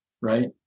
right